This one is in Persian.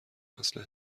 نسل